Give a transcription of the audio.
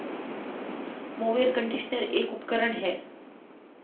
mower conditioner एक उपकरण है